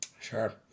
Sure